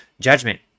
judgment